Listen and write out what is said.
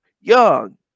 Young